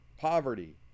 poverty